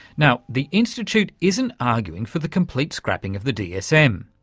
now, the institute isn't arguing for the complete scrapping of the dsm,